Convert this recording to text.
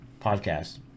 podcast